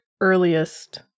earliest